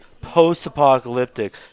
post-apocalyptic